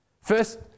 first